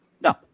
No